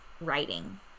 writing